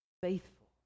faithful